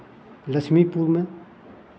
लक्ष्मीपुरमे